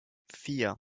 vier